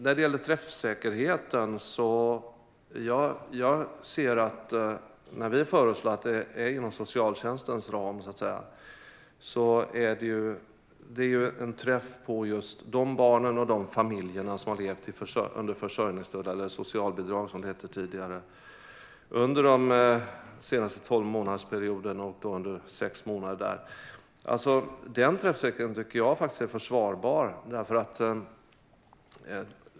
När det gäller träffsäkerheten ser jag att det vi föreslår, det vill säga att det ska vara inom socialtjänstens ram, är en träff på just de barn och de familjer som har levt med försörjningsstöd - eller socialbidrag, som det hette tidigare - i sex månader under den senaste tolvmånadersperioden. Den träffsäkerheten tycker jag är försvarbar.